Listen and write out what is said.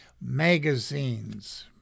magazines